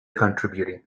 contributing